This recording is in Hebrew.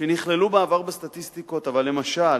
שנכללו בעבר בסטטיסטיקות, למשל